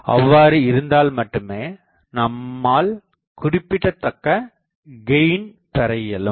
அவ்வாறு இருந்தால்மட்டுமே நம்மால் குறிப்பிடத்தக்க கெயினை பெறஇயலும்